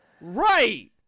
Right